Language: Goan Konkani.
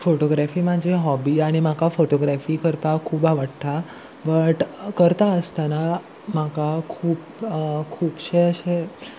फोटोग्रेफी म्हाजी हॉबी आनी म्हाका फोटोग्रेफी करपाक खूब आवडटा बट करता आसतना म्हाका खूब खुबशे अशें